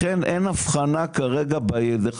לכן אין אבחנה כרגע בעיר.